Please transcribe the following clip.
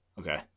okay